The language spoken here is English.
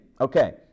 Okay